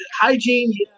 hygiene